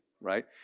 right